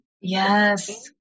Yes